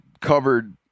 covered